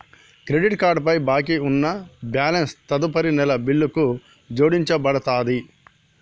credit card పై బాకీ ఉన్న బ్యాలెన్స్ తదుపరి నెల బిల్లుకు జోడించబడతది